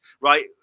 right